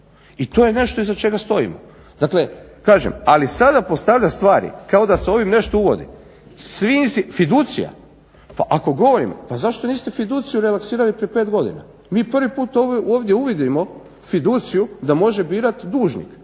i to je nešto iza čega stojimo. Ali sada postavljati stvari kao da se ovim nešto uvodi. Fiducija, pa ako govorimo pa zašto niste fiduciju relaksirali prije pet godina? Mi prvi puta ovdje uvodimo fiduciju da može birati dužnik,